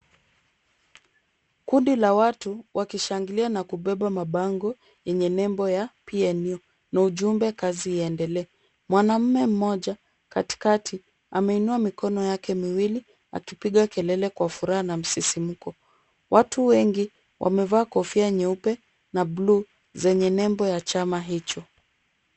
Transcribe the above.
Kundi la watu wa kishangilia na kubeba mabango yenye nembo ya PNU, na ujumbe "kazi iendelee". Mwanaume mmoja, katikati, ameinua mikono yake miwili akipiga kelele kwa furaha na msisimko. Watu wengi wamevaa kofia nyeupe na buluu zenye nembo ya chama hicho.